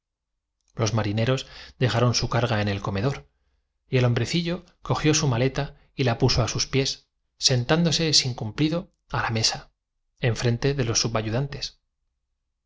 hemos marineros dejaron su carga en el comedor y el hombrecillo cogió comido desde esta mañana en cuanto a víveres dijo el posadero su maleta y la puso a sus pies sentándose sin cumplido a la mesa enfren moviendo la cabeza